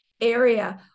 area